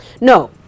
no